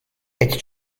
эти